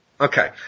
Okay